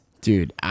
Dude